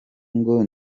ngo